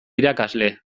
irakasle